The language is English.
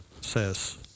says